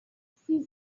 six